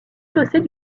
chaussée